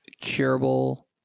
curable